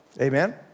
Amen